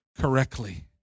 correctly